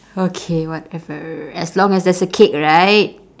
okay whatever as long as there's a cake right